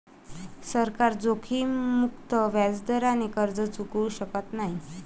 सरकार जोखीममुक्त व्याजदराने कर्ज चुकवू शकत नाही